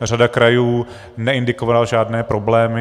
Řada krajů neindikovala žádné problémy.